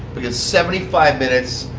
because seventy five minutes,